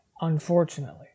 unfortunately